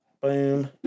Boom